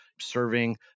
serving